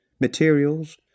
materials